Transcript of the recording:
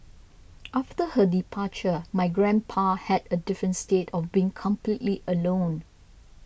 after her departure my grandpa had a different state of being completely alone